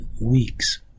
week's